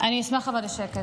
אבל אני אשמח לשקט.